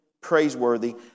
praiseworthy